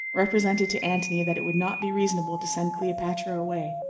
represented to antony that it would not be reasonable to send cleopatra away,